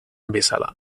bezala